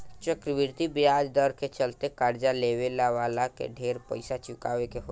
चक्रवृद्धि ब्याज दर के चलते कर्जा लेवे वाला के ढेर पइसा चुकावे के होला